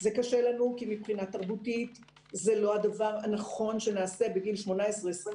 זה קשה לנו כי מבחינה תרבותית זה לא הדבר הנכון שנעשה בגילאי 18-22,